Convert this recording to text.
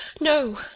No